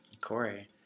Corey